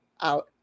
out